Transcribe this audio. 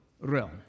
realm